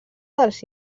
dels